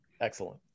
Excellent